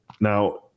Now